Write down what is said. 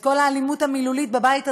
כל האלימות המילולית בבית הזה,